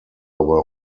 were